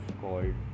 called